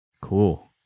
Cool